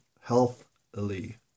healthily